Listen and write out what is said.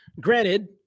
Granted